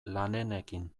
lanenekin